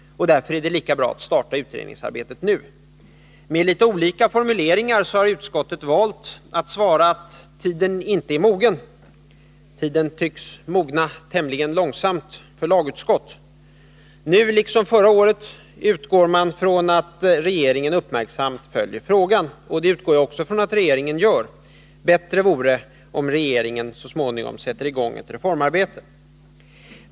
Därför är det bra om man kan starta utredningsarbetet nu. Med litet olika formuleringar har utskottet valt att svara ”att tiden inte är mogen”. Tiden tycks mogna tämligen långsamt för lagutskott. Nu liksom förra året utgår man från att regeringen uppmärksamt följer frågan. Det utgår också jag från att regeringen gör. Bättre vore om regeringen så småningom sätter i gång med ett reformarbete.